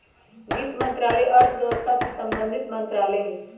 वित्त मंत्रालय अर्थव्यवस्था से संबंधित मंत्रालय हइ